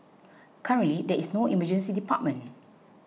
currently there is no Emergency Department